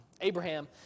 Abraham